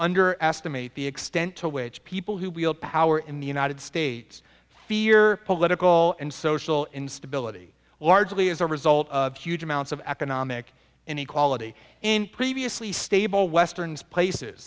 underestimate the extent to which people who wield power in the united states fear political and social instability largely as a result of huge amounts of economic inequality in previously stable westerns places